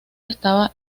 estaba